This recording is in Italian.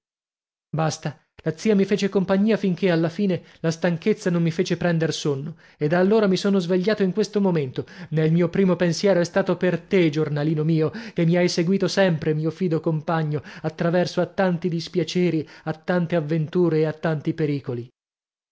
basta la zia mi fece compagnia finché alla fine la stanchezza non mi fece prender sonno e da allora mi sono svegliato in questo momento e il primo mio pensiero è stato per te giornalino mio che mi hai seguìto sempre mio fido compagno a traverso a tanti dispiaceri a tante avventure e a tanti pericoli